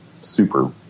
super